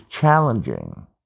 challenging